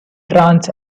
trans